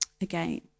Again